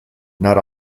not